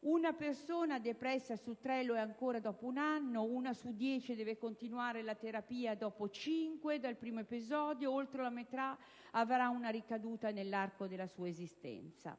una persona depressa su tre lo è ancora dopo un anno, una su dieci deve continuare la terapia dopo cinque dal primo episodio, oltre la metà avrà una ricaduta nell'arco della sua esistenza.